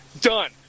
Done